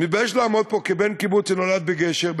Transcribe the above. מתבייש לעמוד פה כבן קיבוץ שנולד בגשר,